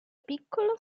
piccola